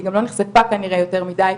היא גם לא נחשפה כנראה יותר מידי,